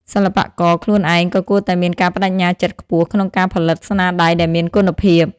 សិល្បករខ្លួនឯងក៏គួរតែមានការប្តេជ្ញាចិត្តខ្ពស់ក្នុងការផលិតស្នាដៃដែលមានគុណភាព។